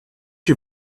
you